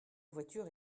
voiture